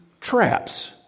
traps